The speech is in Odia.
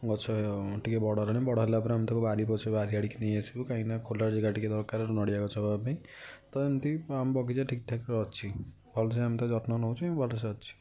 ଗଛ ଟିକେ ବଡ଼ ବଡ଼ ହେଲାପରେ ଆମେ ତାକୁ ବାରି ପଛ ବାରିଆଡ଼ିକି ନେଇ ଆସିବୁ କାହିଁକି ନା ଖୋଲା ଜାଗା ଟିକେ ଦରକାର ନଡ଼ିଆ ଗଛ ହେବା ପାଇଁ ତ ଏମତି ଆମ ବଗିଚା ଠିକ୍ଠାକ୍ରେ ଅଛି ଭଲସେ ଆମେ ତ ଯତ୍ନ ନେଉଛୁ ଭଲସେ ଅଛି